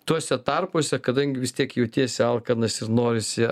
tuose tarpuose kadangi vis tiek jautiesi alkanas ir norisi